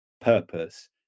purpose